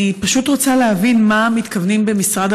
אני פשוט רוצה להבין מה מתכוונים במשרד